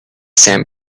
sand